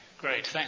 Great